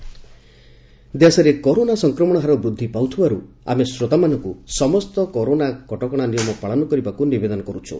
corona ସଚେତନତା ଦେଶରେ corona ସଂକ୍ରମଶ ହାର ବୃଦ୍ଧି ପାଉଥିବାରୁ ଆମେ ଶ୍ରୋତାମାନଙ୍କୁ ସମସ୍ତ କରୋନା କଟକଣା ନିୟମ ପାଳନ କରିବାକୁ ନିବେଦନ କରୁଛୁ